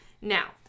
Now